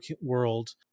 world